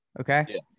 okay